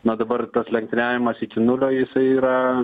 na dabar tas lenktyniavimas iki nulio jisai yra